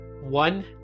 one